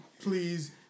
please